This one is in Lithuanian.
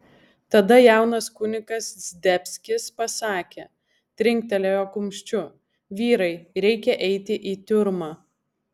tada jaunas kunigas zdebskis pasakė trinktelėjo kumščiu vyrai reikia eiti į tiurmą